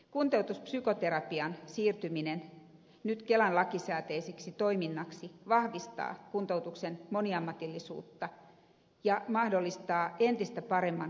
kuntoutuspsykoterapian siirtyminen nyt kelan lakisääteiseksi toiminnaksi vahvistaa kuntoutuksen moniammatillisuutta ja mahdollistaa entistä paremman kuntoutustilastoinnin